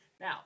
Now